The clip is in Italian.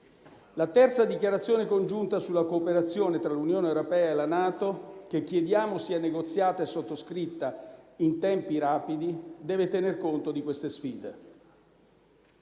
La terza dichiarazione congiunta sulla cooperazione tra l'Unione europea e la NATO, che chiediamo sia negoziata e sottoscritta in tempi rapidi, deve tener conto di queste sfide.